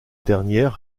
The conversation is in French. dernière